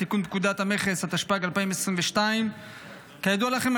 התשפ"ג 2022. כידוע לכם,